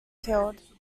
killed